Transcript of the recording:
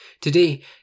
Today